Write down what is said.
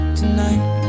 tonight